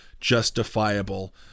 justifiable